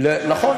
נכון,